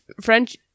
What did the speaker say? French